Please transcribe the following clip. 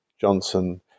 Johnson